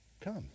come